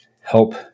help